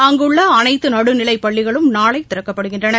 அங்குள்ளஅனைத்துநடுநிலைப் பள்ளிகளும் நளைதிறக்கப்படுகின்றன